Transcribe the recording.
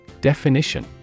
Definition